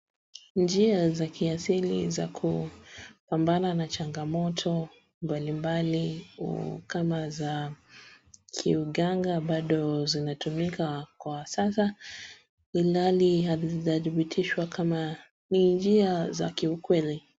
Njia za kiasili za kupambana na changamoto mbalimbali kama za kiuganga bado zinatumika kwa sasa ilhali hazijashibitishwa kama ni njia za kiukweli.